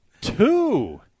Two